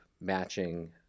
matching